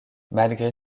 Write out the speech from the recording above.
malgré